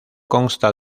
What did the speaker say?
consta